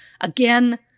Again